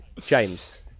James